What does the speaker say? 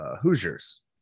hoosiers